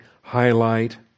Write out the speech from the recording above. highlight